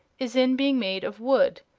is in being made of wood,